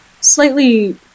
slightly